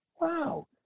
wow